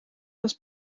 das